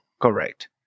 Correct